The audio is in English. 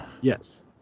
Yes